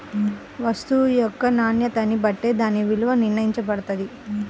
వస్తువు యొక్క నాణ్యతని బట్టే దాని విలువ నిర్ణయించబడతది